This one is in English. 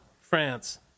France